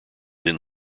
then